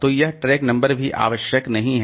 तो यह track number भी आवश्यक नहीं है